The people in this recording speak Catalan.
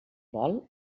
vol